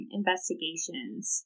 investigations